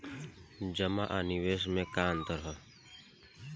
जमा आ निवेश में का अंतर ह?